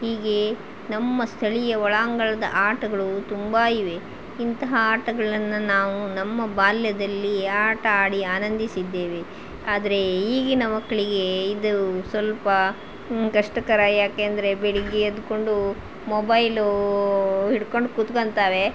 ಹೀಗೆ ನಮ್ಮ ಸ್ಥಳೀಯ ಒಳಾಂಗಣದ ಆಟಗಳು ತುಂಬ ಇವೆ ಇಂತಹ ಆಟಗಳನ್ನು ನಾವು ನಮ್ಮ ಬಾಲ್ಯದಲ್ಲಿ ಆಟ ಆಡಿ ಆನಂದಿಸಿದ್ದೇವೆ ಆದರೆ ಈಗಿನ ಮಕ್ಕಳಿಗೆ ಇದು ಸ್ವಲ್ಪ ಕಷ್ಟಕರ ಯಾಕೆಂದರೆ ಬೆಳಗ್ಗೆ ಎದ್ಕೊಂಡು ಮೊಬೈಲೂ ಹಿಡ್ಕೊಂಡು ಕುತ್ಕಂತಾವೆ